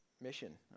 mission